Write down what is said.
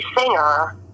singer